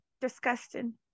Disgusting